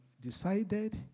decided